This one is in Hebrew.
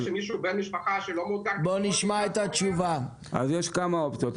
יש כמה אופציות.